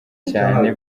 cyane